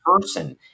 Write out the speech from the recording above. person